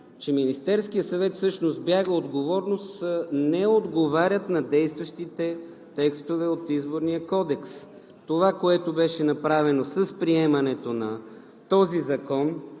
че Министерският съвет всъщност бяга от отговорност, не отговарят на действащите текстове от Изборния кодекс. Това, което беше направено с приемането на този закон,